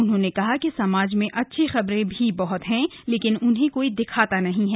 उन्होंने कहा कि समाज में अच्छी खबरें भी बहत है लेकिन उन्हें कोई दिखाता नहीं है